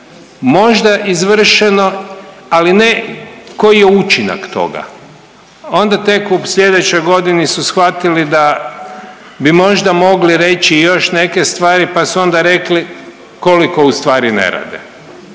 možda izvršno, ali ne koji je učinak toga. Onda tek u sljedećoj godini su shvatili da bi možda mogli reći još neke stvari pa su onda rekli, koliko ustvari ne rade,